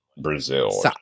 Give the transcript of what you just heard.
Brazil